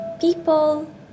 people